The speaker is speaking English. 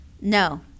No